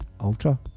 Ultra